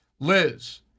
Liz